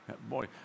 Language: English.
Boy